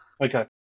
Okay